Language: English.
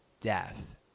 death